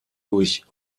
durch